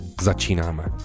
začínáme